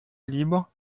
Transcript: libre